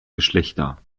geschlechter